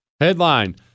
Headline